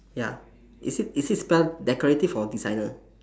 ya is it is it spelt decorative or designer